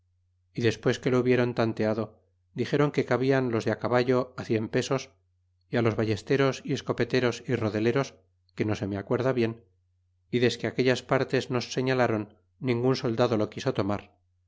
y despues que lo hubieron tanteado dix éron que cahian los de caballo cien pesos y los ballesteros y escopeteros y rodeleros que no se rae acuerda bien y desque aquellas partes nos sefialron ningun soldado lo quiso tomar